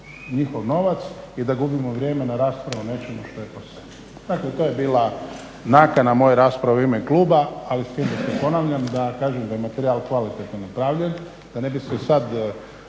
njihov novac i da gubimo vrijeme na raspravu o nečemu što je …/Govornik se ne razumije./… Dakle, to je bila nakana moje rasprave u ime kluba, ali s tim da ponavljam da kažem da je materijal kvalitetno napravljen da ne bi se sad